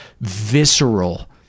visceral